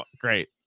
Great